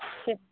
சரி